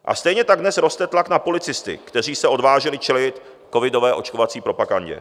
A stejně tak dnes roste tlak na policisty, kteří se odvážili čelit covidové očkovací propagandě.